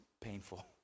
painful